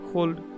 Hold